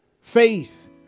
Faith